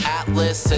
atlas